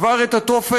הוא עבר את התופת,